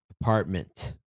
apartment